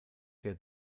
que